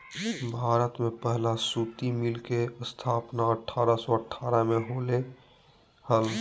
भारत में पहला सूती मिल के स्थापना अठारह सौ अठारह में होले हल